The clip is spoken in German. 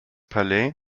palais